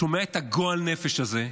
שומע את הגועל נפש הזה.